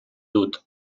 dut